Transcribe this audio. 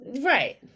Right